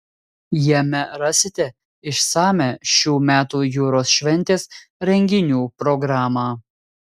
jame rasite išsamią šių metų jūros šventės renginių programą